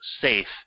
safe